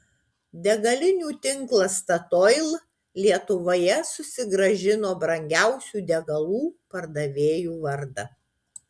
degalinių tinklas statoil lietuvoje susigrąžino brangiausių degalų pardavėjų vardą